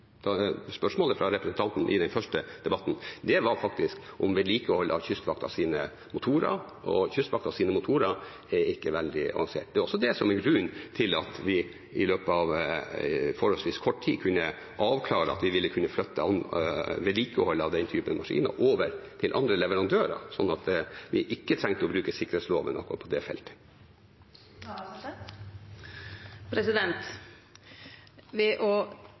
Spørsmålet fra representanten i den første debatten var faktisk om vedlikehold av Kystvaktens motorer, og Kystvaktens motorer er ikke veldig avanserte. Det er også grunnen til at vi i løpet av forholdsvis kort tid kunne avklare at vi ville kunne flytte vedlikeholdet av den typen maskiner over til andre leverandører – så vi trengte ikke å bruke sikkerhetsloven på det feltet. Ved å